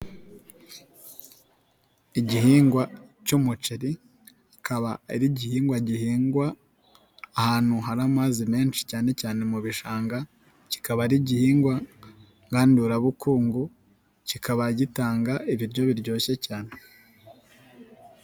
Igihingwa cy'umuceri, kikaba ari igihingwa gihingwa ahantu hari amazi menshi cyane cyane mu bishanga, kikaba ari igihingwa ngandurabukungu, kikaba gitanga ibiryo biryoshye cyane.